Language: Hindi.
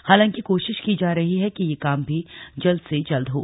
हालांकि कोशिश की जा रही है कि यह काम भी जल्द से जल्द हों